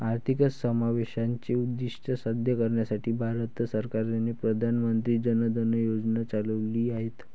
आर्थिक समावेशाचे उद्दीष्ट साध्य करण्यासाठी भारत सरकारने प्रधान मंत्री जन धन योजना चालविली आहेत